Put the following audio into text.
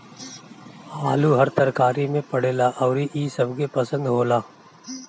आलू हर तरकारी में पड़ेला अउरी इ सबके पसंद होला